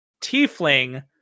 tiefling